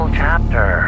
chapter